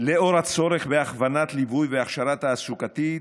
לאור הצורך בהכוונה, ליווי והכשרה תעסוקתית,